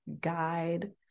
guide